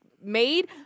made